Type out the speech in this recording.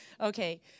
okay